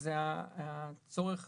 זה הצורך